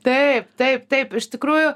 taip taip taip iš tikrųjų